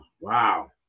Wow